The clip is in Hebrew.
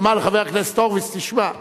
ותאמר לחבר הכנסת הורוביץ: תשמע,